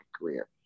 career